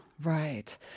Right